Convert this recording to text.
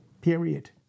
period